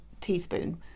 teaspoon